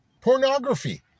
pornography